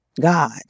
God